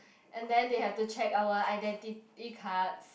and then they have to check our identity cards